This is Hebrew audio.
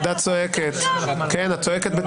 11:00. --- כן, את צועקת.